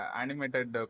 animated